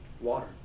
water